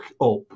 up